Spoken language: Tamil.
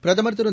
பிரதமர் திரு